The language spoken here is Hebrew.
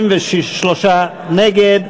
63 נגד,